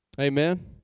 Amen